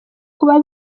kuba